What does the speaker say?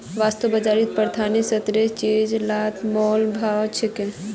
वास्तु बाजारोत प्राथमिक स्तरेर चीज़ लात मोल भाव होछे